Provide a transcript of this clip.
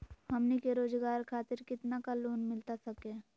हमनी के रोगजागर खातिर कितना का लोन मिलता सके?